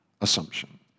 assumption